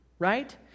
Right